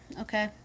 okay